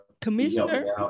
Commissioner